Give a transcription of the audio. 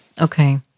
okay